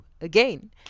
again